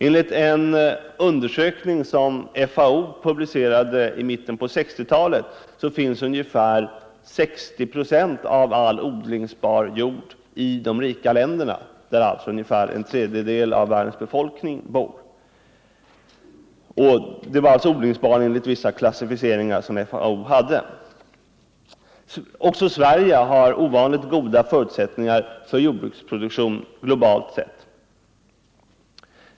Enligt en undersökning som FAO publicerade i mitten av 1960-talet finns ungefär 60 procent av all odlingsbar jord — enligt vissa klassificeringar som FAO tillämpar — i de rika länderna, där ungefär en tredjedel av världens befolkning bor. Också Sverige har ovanligt goda förutsättningar för jordbruksproduk tion globalt sett.